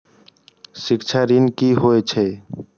शिक्षा ऋण की होय छै?